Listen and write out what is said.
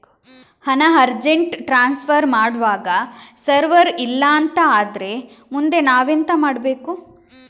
ಹಣ urgent transfer ಮಾಡ್ವಾಗ server ಇಲ್ಲಾಂತ ಆದ್ರೆ ಮುಂದೆ ನಾವೆಂತ ಮಾಡ್ಬೇಕು?